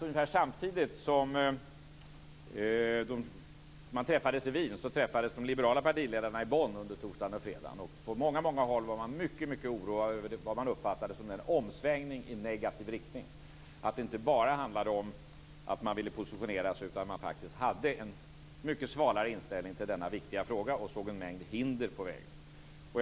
Ungefär samtidigt som man träffades i Wien träffades de liberala partiledarna i Bonn under torsdagen och fredagen. På många håll var man mycket oroad över det som de uppfattade som en omsvängning i negativ riktning, att det inte bara handlade om att man ville positionera sig utan att man faktiskt hade en mycket svalare inställning till denna viktiga fråga och såg en mängd hinder på vägen.